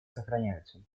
сохраняются